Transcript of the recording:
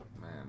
Man